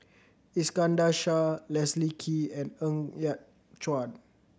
Iskandar Shah Leslie Kee and Ng Yat Chuan